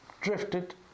drifted